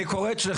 אני רק רוצה